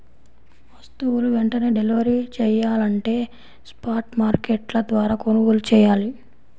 వస్తువులు వెంటనే డెలివరీ చెయ్యాలంటే స్పాట్ మార్కెట్ల ద్వారా కొనుగోలు చెయ్యాలి